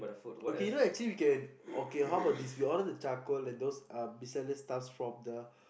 okay you know actually we can okay how about this we order the charcoal and those the miscellaneous stuff from the